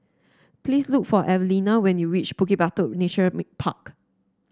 please look for Evelina when you reach Bukit Batok Nature Park